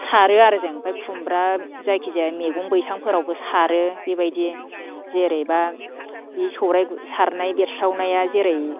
सारो आरो जों ओमफाय खुमब्रा जायखि जाया मैगं बैसांफोरावबो सारो बेबायदि जेरैबा बे सौराइ सारनाय बेरस्रावनाया जेरै